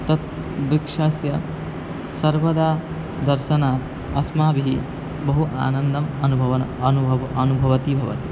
तत् वृक्षस्य सर्वदा दर्शनात् अस्माभिः बहु आनन्दम् अनुभवं अनुभवं अनुभवति भवति